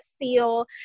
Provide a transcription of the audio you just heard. Seal